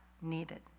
needed